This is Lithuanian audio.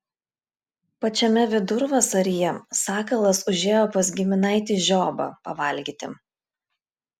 pačiame vidurvasaryje sakalas užėjo pas giminaitį žiobą pavalgyti